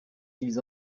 ils